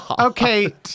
Okay